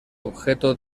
objeto